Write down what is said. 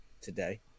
today